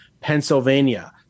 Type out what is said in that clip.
pennsylvania